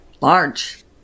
large